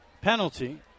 penalty